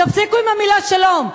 תפסיקו עם המלה "שלום",